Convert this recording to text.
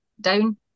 down